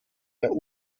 der